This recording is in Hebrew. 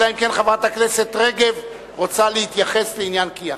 אלא אם כן חברת הכנסת רגב רוצה להתייחס לעניין כי"ח.